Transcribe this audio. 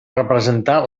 representar